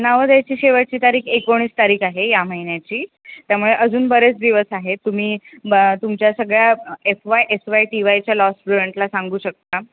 नावं द्यायची शेवटची तारीख एकोणीस तारीख आहे या महिन्याची त्यामुळे अजून बरेच दिवस आहेत तुम्ही ब तुमच्या सगळ्या F Y S Y T वायच्या लॉ स्टूडंसला सांगू शकता